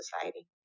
society